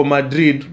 Madrid